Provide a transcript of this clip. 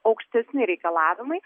aukštesni reikalavimai